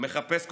מחפש כותרות.